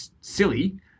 silly